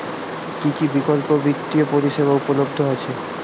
কী কী বিকল্প বিত্তীয় পরিষেবা উপলব্ধ আছে?